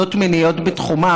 בהטרדות מיניות בתחומם.